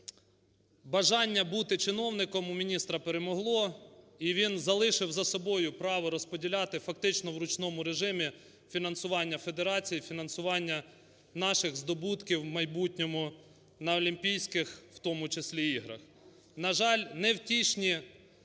бажання бути чиновником у міністра перемогло, і він залишив за собою право розподіляти фактично в ручному режимі фінансування федерацій, фінансування наших здобутків в майбутньому на Олімпійських, у тому числі, іграх. На жаль, невтішні